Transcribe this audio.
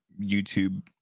YouTube